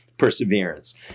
perseverance